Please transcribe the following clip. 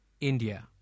India